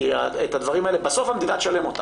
את הדברים האלה בסוף המדינה תשלם.